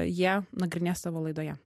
jie nagrinės savo laidoje